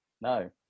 No